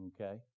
Okay